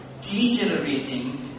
degenerating